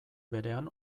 berean